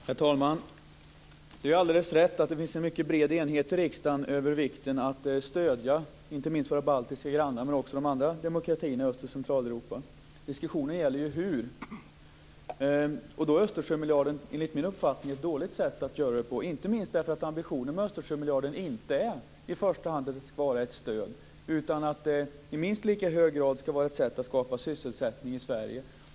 Herr talman! Det är alldeles riktigt att det i riksdagen finns en mycket bred enighet om vikten av att stödja inte minst våra baltiska grannar men också de andra demokratierna i Öst och Centraleuropa. Diskussionen gäller hur det ska ske. Då är Östersjömiljarden, enligt min uppfattning, ett dåligt sätt att göra det på, inte minst därför att ambitionen med Östersjömiljarden inte i första hand är att den ska vara ett stöd utan att det i minst lika hög grad ska vara ett sätt att skapa sysselsättning i Sverige.